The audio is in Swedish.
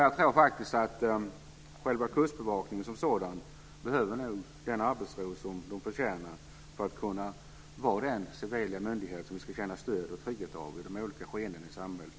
Jag tror faktiskt att själva Kustbevakningen som sådan behöver den arbetsro som den förtjänar för att kunna vara den civila myndighet som vi ska känna stöd och trygghet från i olika delar av samhället.